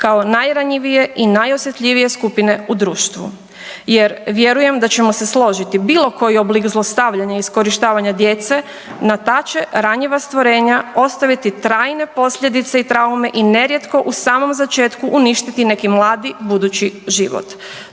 kao najranjivije i najosjetljivije skupine u društvu jer vjerujem da ćemo se složiti, bilo koji oblik zlostavljanja iskorištavanja djece na ta će ranjiva stvorenja ostaviti trajne posljedice i traume i nerijetko u samom začetku uništiti neki mladi budući život.